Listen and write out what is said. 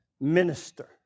minister